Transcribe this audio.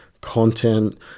content